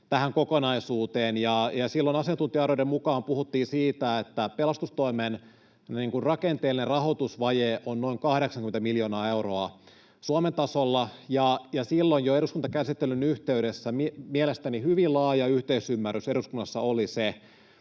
tähän kokonaisuuteen. Silloin asiantuntija-arvioiden mukaan puhuttiin siitä, että pelastustoimen rakenteellinen rahoitusvaje on noin 80 miljoonaa euroa Suomen tasolla. Jo silloin eduskuntakäsittelyn yhteydessä oli mielestäni hyvin laaja yhteisymmärrys eduskunnassa siitä,